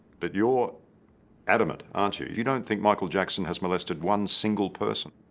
but you're adamant, aren't you you don't think michael jackson has molested one single person.